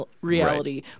reality